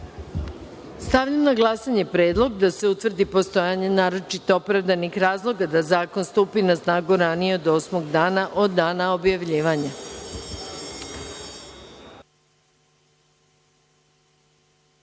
na glasanje predlog da se utvrdi postojanje naročito opravdanih razloga da zakon stupi na snagu ranije od osmog dana od dana objavljivanja. Molim